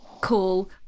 call